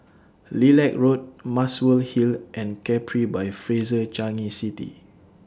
Lilac Road Muswell Hill and Capri By Fraser Changi City